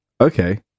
Okay